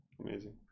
amazing